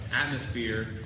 atmosphere